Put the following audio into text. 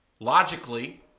Logically